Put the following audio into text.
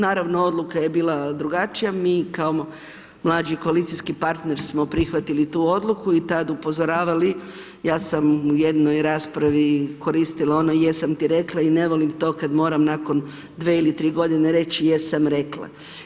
Naravno odluka je bila drugačija, mi kao mlađi koalicijski partneri smo prihvatili tu odluku i tada upozoravali, ja sam u jednoj raspravi koristila ono jesam ti rekla, i ne volim to kada moram nakon 2 ili 3 godine reći jesam rekla.